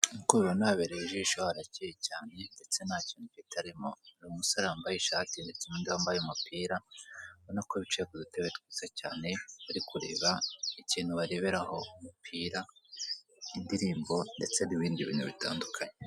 N'kuko ubibona habereye ijishi harakeye cyane ndetse ntakintu kitarimo hari umusore wambaye ishati ndetse n'undi wambaye umupira ubona ko bicaye ku dutebe twiza cyane bari kureba ikintu bareberaho umupira, indirimbo ndetse n'ibindi bintu bitandukanye.